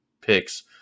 picks